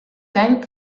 gain